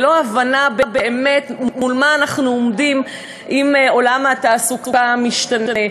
ללא הבנה באמת מול מה אנחנו עומדים עם עולם התעסוקה המשתנה.